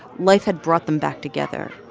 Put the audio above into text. life had brought them back together.